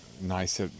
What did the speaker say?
nice